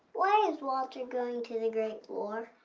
why is walter going to the great war?